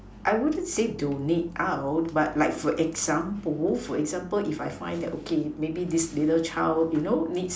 I wouldn't say donate out but like for example for example if I find that okay maybe this little child you know needs